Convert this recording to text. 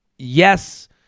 yes